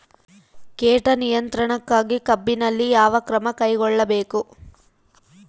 ಕೇಟ ನಿಯಂತ್ರಣಕ್ಕಾಗಿ ಕಬ್ಬಿನಲ್ಲಿ ಯಾವ ಕ್ರಮ ಕೈಗೊಳ್ಳಬೇಕು?